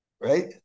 right